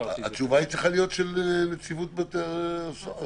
התשובה צריכה להיות של נציבות בתי הסוהר,